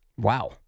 Wow